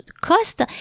cost